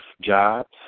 jobs